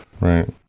Right